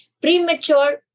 Premature